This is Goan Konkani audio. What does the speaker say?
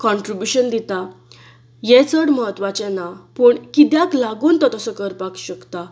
कंट्रिब्युशन दिता हें चड म्हत्वाचें ना पूण कित्याक लागून तो तसो करपाक शकता